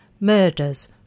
murders